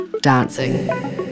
dancing